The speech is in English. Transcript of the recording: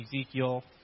Ezekiel